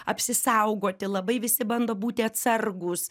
apsisaugoti labai visi bando būti atsargūs